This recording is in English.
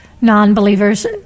non-believers